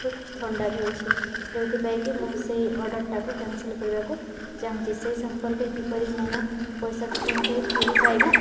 ବହୁତ ଥଣ୍ଡା ବି ଅଛି ଯେଉଁଥିପାଇଁ କି ମୁଁ ସେଇ ଅର୍ଡ଼ରଟାକୁ କ୍ୟାନସେଲ କରିବାକୁ ଚାହୁଁଛି ସେଇ ସମ୍ପର୍କରେ କିପରି ମୁଁ ପଇସାକୁ ପୁଣିଥରେ ଫେରି ପାଇବି